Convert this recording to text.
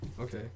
Okay